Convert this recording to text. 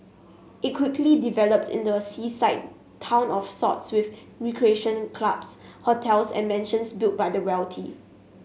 it quickly developed into a seaside town of sorts with recreation clubs hotels and mansions built by the wealthy